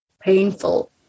painful